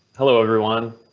hello, everyone.